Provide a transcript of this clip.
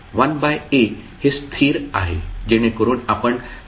1 by a हे स्थिर आहे जेणेकरून आपण ते काढू शकता